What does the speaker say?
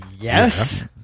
Yes